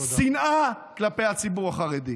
שנאה כלפי הציבור החרדי.